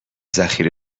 ذخیره